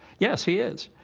yes he is.